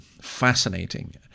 fascinating